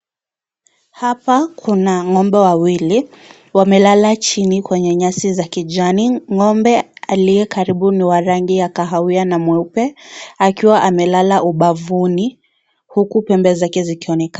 Hapa kuna ng'ombe wawili. Wamelala chini kwenye nyasi za kijani. Ng'ombe aliye karibu ni wa rangi ya kahawia na mweupe, akiwa amelala ubavuni huku pembe zake zikionekana.